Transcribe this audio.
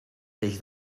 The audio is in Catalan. peix